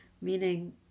meaning